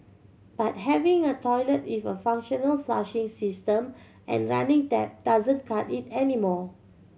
but having a toilet if a functional flushing system and running tap doesn't cut it anymore